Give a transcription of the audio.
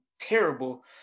terrible